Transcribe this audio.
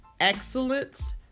excellence